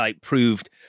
proved